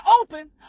open